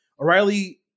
O'Reilly